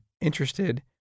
interested